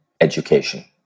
education